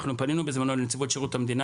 אנחנו פנינו בזמנו לנציבות שירות המדינה